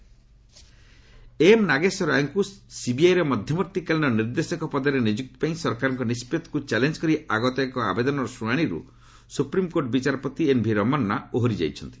SC ଜଜ ରେସ୍କ୍ୟୁ M Nageswara ରାଓଙ୍କୁ ସିବିଆଇର ମଧ୍ୟବର୍ତ୍ତୀକାଳୀନ ନିର୍ଦ୍ଦେଶକ ପଦରେ ନିଯୁକ୍ତି ପାଇଁ ସରକାରଙ୍କ ନିଷ୍ପଭିକୁ ଚାଲେଞ୍ଜ କରି ଆଗତ ଏକ ଆବେଦନର ଶୁଣାଣିରୁ ସୁପ୍ରିମକୋର୍ଟ ବିଚାରପତି ଏନ୍ଭି ରମନ୍ନା ଓହରି ଯାଇଛନ୍ତି